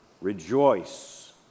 Rejoice